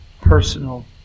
personal